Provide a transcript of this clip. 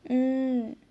mm